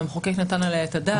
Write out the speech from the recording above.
המחוקק נתן עליה את הדעת.